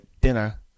dinner